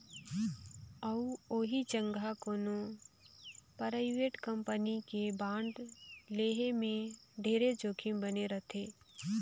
अउ ओही जघा कोनो परइवेट कंपनी के बांड लेहे में ढेरे जोखिम बने रथे